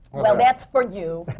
well, that's for you.